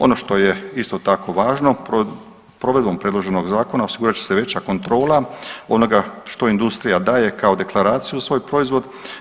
Ono što je isto tako važno provedbom predloženog zakona osigurat će se veća kontrola onoga što industrija daje kao deklaraciju u svoj proizvod.